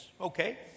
Okay